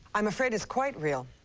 i'm afraid it's quite real.